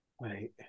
Wait